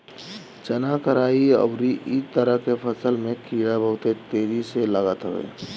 चना, कराई अउरी इ तरह के फसल में कीड़ा बहुते तेज लागत हवे